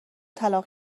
طلاق